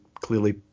clearly